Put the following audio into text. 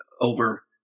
over